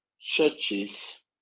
churches